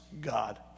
God